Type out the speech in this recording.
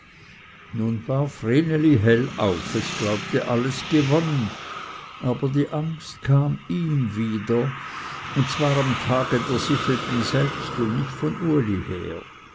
nun war vreneli hellauf es glaubte alles gewonnen aber die angst kam ihm wieder und zwar am tage der sichelten selbst und nicht von uli her